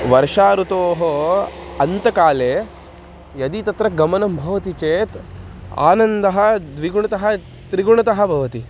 वर्षा ऋतोः अन्तकाले यदि तत्र गमनं भवति चेत् आनन्दः द्विगुणितः त्रिगुणितः भवति